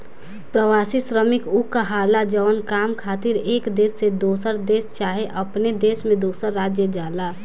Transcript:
प्रवासी श्रमिक उ कहाला जवन काम खातिर एक देश से दोसर देश चाहे अपने देश में दोसर राज्य जाला